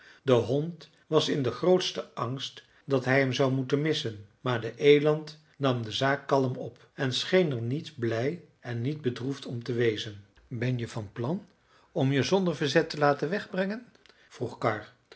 de hond was in den grootsten angst dat hij hem zou moeten missen maar de eland nam de zaak kalm op en scheen er niet blij en niet bedroefd om te wezen ben je van plan om je zonder verzet te laten wegbrengen vroeg karr